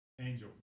Angel